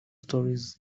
stories